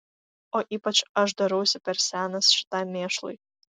o ypač aš darausi per senas šitam mėšlui